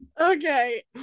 okay